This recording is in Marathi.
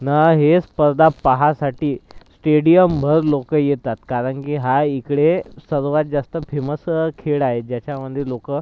आणि हे स्पर्धा पहासाठी स्टेडियमभर लोक येतात कारण की हा इकडे सर्वांत जास्त फेमस खेळ आहे ज्याच्यामधे लोक